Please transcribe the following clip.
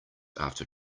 after